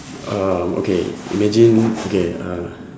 um okay imagine okay uh